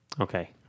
Okay